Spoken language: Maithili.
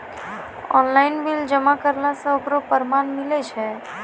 ऑनलाइन बिल जमा करला से ओकरौ परमान मिलै छै?